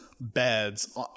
beds